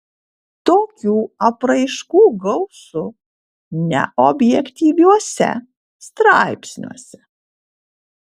tokių apraiškų gausu neobjektyviuose straipsniuose